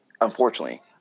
unfortunately